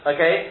Okay